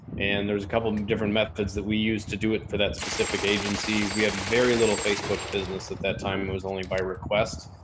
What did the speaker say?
and there was a couple of different methods that we use to do it for that specific agency. we had very little facebook business at that time and it was only by request.